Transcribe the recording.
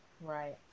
right